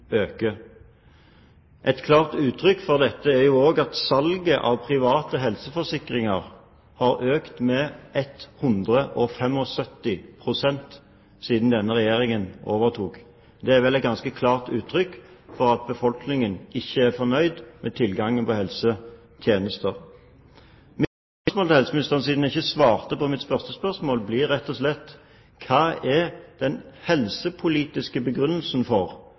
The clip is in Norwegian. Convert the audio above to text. Et klart uttrykk for dette er at salget av private helseforsikringer har økt med 175 pst. siden denne regjeringen overtok. Det er vel et ganske klart uttrykk for at befolkningen ikke er fornøyd med tilgangen på helsetjenester. Mitt spørsmål til helseministeren, siden hun ikke svarte på mitt første spørsmål, blir rett og slett: Hva er den helsepolitiske begrunnelsen for